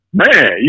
man